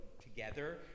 together